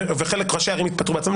ובחלק ראשי הערים התפטרו בעצמם.